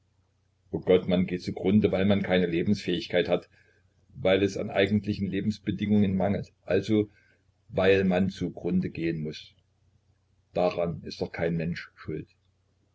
o gott man geht zu grunde weil man keine lebensfähigkeit hat weil es an eigentlichen lebensbedingungen mangelt also weil man zu grunde gehen muß daran ist doch kein mensch schuld